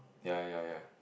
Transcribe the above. ya ya ya